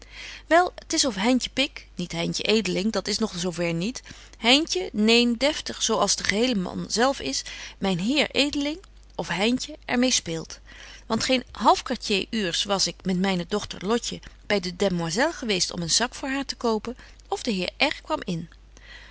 wel t is of heintje pik niet heintje edeling dat is nog zo ver niet heintje neen deftig zo als de hele man zelf is myn heer edeling of heintje er meê speelt want geen half quartier uurs was ik met myne dochter lotje by de desmoiselles geweest om een sak voor haar te kopen of de heer r kwam in